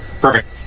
Perfect